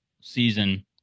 season